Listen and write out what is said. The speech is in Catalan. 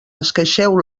esqueixeu